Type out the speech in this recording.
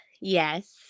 yes